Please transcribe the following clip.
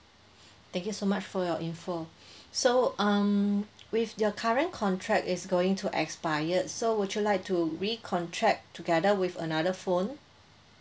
thank you so much for your info so um with your current contract is going to expired so would you like to recontract together with another phone